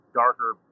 darker